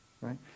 right